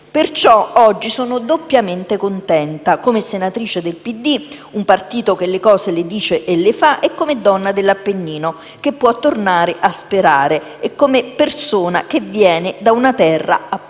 questo oggi sono doppiamente contenta, come senatrice del Partito Democratico - un partito che le cose le dice e le fa - e come donna dell'Appennino, che può tornare a sperare, e come persona che viene da una terra, appunto,